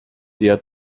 der